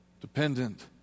dependent